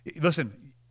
Listen